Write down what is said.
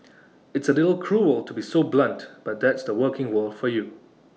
it's A little cruel to be so blunt but that's the working world for you